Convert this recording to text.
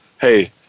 hey